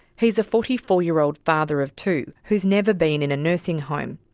he's a forty four year old father of two who has never been in a nursing home.